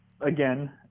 again